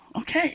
Okay